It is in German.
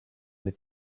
mit